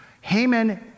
Haman